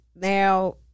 Now